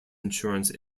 insurance